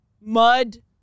mud